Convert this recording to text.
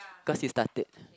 cause he started